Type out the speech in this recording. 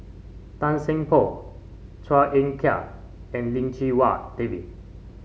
Tan Seng Poh Chua Ek Kay and Lim Chee Wai David